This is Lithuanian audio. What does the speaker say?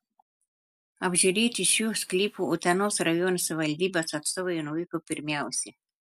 apžiūrėti šių sklypų utenos rajono savivaldybės atstovai nuvyko pirmiausia